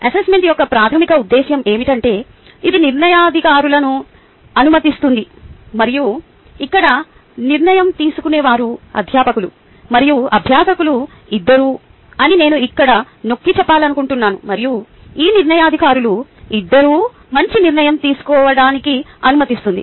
assessment యొక్క ప్రాధమిక ఉద్దేశ్యం ఏమిటంటే ఇది నిర్ణయాధికారులను అనుమతిస్తుంది మరియు ఇక్కడ నిర్ణయం తీసుకునేవారు అధ్యాపకులు మరియు అభ్యాసకులు ఇద్దరూ అని నేను ఇక్కడ నొక్కిచెప్పాలనుకుంటున్నాను మరియు ఈ నిర్ణయాధికారులు ఇద్దరూ మంచి నిర్ణయం తీసుకోవడానికి అనుమతిస్తుంది